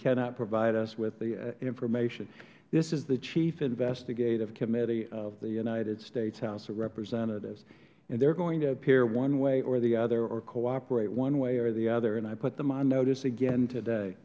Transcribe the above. cannot provide us with the information this is the chief investigative committee of the united states house of representatives and they are going to appear one way or the other or cooperate one way or the other and i put them on notice again today